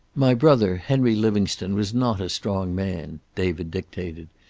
my brother, henry livingstone, was not a strong man, david dictated.